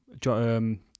John